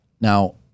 now